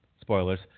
spoilers